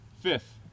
Fifth